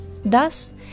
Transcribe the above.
Thus